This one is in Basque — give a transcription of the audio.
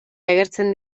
agertzen